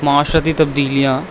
معاشرتی تبدیلیاں